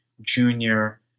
junior